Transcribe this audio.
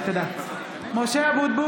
מזכירת הכנסת, מכיוון שהתבקשה הצבעה שמית, מה קרה?